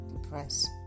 Depressed